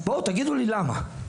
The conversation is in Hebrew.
בואו, תגידו לי למה.